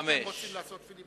שב-19